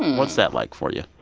what's that like for you?